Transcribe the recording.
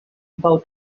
about